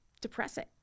depressing